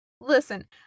listen